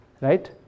right